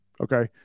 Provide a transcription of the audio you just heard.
Okay